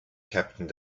captain